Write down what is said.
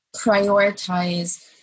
prioritize